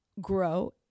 grow